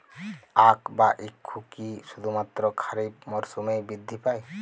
আখ বা ইক্ষু কি শুধুমাত্র খারিফ মরসুমেই বৃদ্ধি পায়?